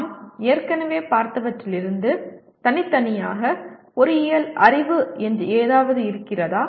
நாம் ஏற்கனவே பார்த்தவற்றிலிருந்து தனித்தனியாக பொறியியல் அறிவு என்று ஏதாவது இருக்கிறதா